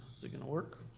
it gonna work?